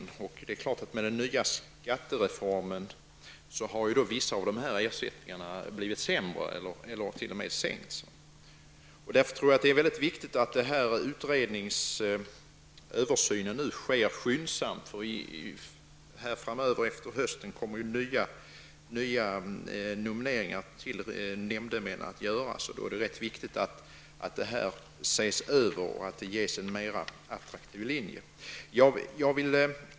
I och med den nya skattereformen har vissa av dessa ersättningar blivit sämre. Jag tror därför att det är mycket viktigt att översynen sker skyndsamt. Framöver i höst kommer nya nomineringar till nämndemän att göras, och det är därför viktigt att detta ses över och blir mer attraktivt.